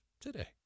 today